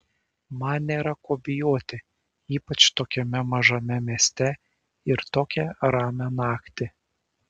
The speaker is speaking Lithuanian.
man nėra ko bijoti ypač tokiame mažame mieste ir tokią ramią naktį